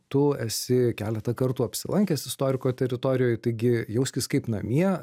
tu esi keletą kartų apsilankęs istoriko teritorijoj taigi jauskis kaip namie